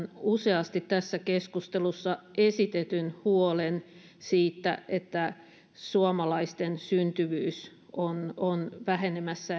useasti tässä keskustelussa esitetyn huolen siitä että suomalaisten syntyvyys on on vähenemässä